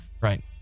Right